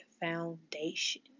foundation